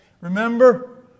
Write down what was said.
Remember